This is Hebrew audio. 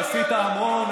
עשיתי הרבה יותר ממך בחיים.